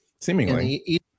Seemingly